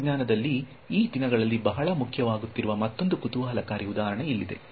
ತಂತ್ರಜ್ಞಾನದಲ್ಲಿ ಈ ದಿನಗಳಲ್ಲಿ ಬಹಳ ಮುಖ್ಯವಾಗುತ್ತಿರುವ ಮತ್ತೊಂದು ಕುತೂಹಲಕಾರಿ ಉದಾಹರಣೆ ಇಲ್ಲಿದೆ